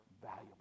valuable